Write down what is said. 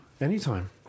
anytime